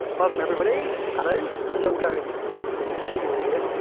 welcome, everybody. hello. how's it all going? good to see you all here.